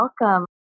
welcome